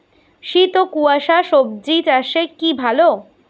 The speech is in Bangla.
শীত ও কুয়াশা স্বজি চাষে কি ভালো?